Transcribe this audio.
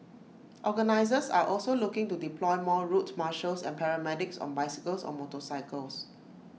organisers are also looking to deploy more route marshals and paramedics on bicycles or motorbikes